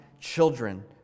children